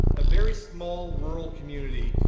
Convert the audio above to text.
a very small rural community,